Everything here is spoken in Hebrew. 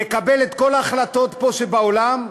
נקבל פה את כל ההחלטות שבעולם,